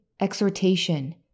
exhortation